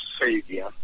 savior